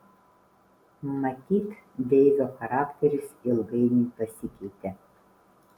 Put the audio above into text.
matyt deivio charakteris ilgainiui pasikeitė